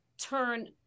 turn